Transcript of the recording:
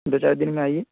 دو چار دن میں آئیے